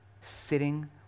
Sitting